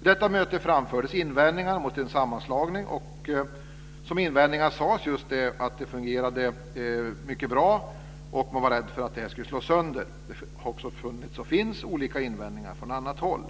Vid detta möte framfördes invändningar mot en sammanslagning. En invändning var just att det fungerade mycket bra och att man var rädd för att det skulle slås sönder. Det har också funnits och finns olika invändningar från annat håll.